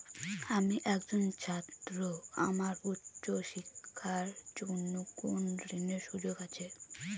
আমি একজন ছাত্র আমার উচ্চ শিক্ষার জন্য কোন ঋণের সুযোগ আছে?